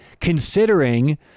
considering